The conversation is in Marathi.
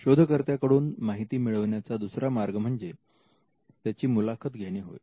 शोधकर्त्या कडून माहिती मिळविण्याचा दुसरा मार्ग म्हणजे त्याची मुलाखत घेणे होय